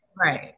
Right